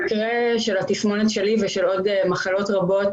במקרה של התסמונת שלי ושל עוד מחלות רבות,